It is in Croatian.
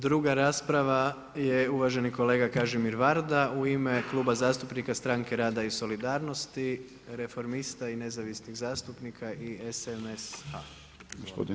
Druga rasprava je uvaženi kolega Kažimir Varda u ime Kluba zastupnika Stranke rada i solidarnosti, reformista i nezavisnih zastupnika i SMSH.